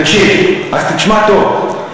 תקשיב, אז תשמע טוב.